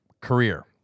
career